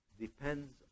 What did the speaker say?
depends